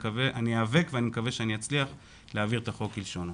אני איאבק ואני מקווה שאני אצליח להעביר את החוק כלשונו.